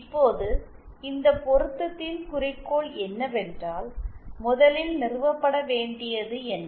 இப்போது இந்த பொருத்தத்தின் குறிக்கோள் என்னவென்றால் முதலில் நிறுவப்பட வேண்டியது என்ன